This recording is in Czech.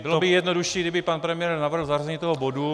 Bylo by jednodušší, kdyby pan premiér navrhl zařazení toho bodu.